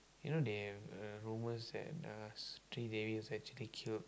you know they have uh rumors that uh was actually killed